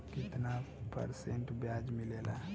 कितना परसेंट ब्याज मिलेला?